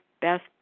best